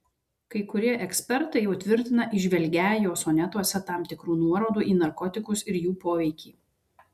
kai kurie ekspertai jau tvirtina įžvelgią jo sonetuose tam tikrų nuorodų į narkotikus ir jų poveikį